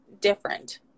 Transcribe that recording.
different